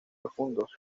profundos